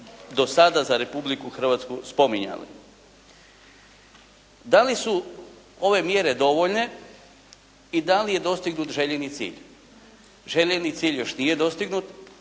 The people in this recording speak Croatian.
do sada za Republiku Hrvatsku spominjali. Da li su ove mjere dovoljne i da li je dostignut željeni cilj? Željeni cilj još nije dostignut.